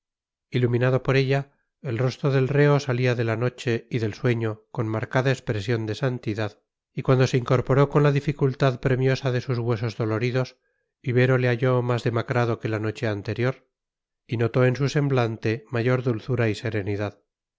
iluminado por ella el rostro del reo salía de la noche y del sueño con marcada expresión de santidad y cuando se incorporó con la dificultad premiosa de sus huesos doloridos ibero le halló más demacrado que la noche anterior y notó en su semblante mayor dulzura y serenidad